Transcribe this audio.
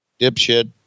dipshit